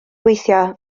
gweithio